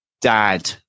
dad